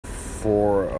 fore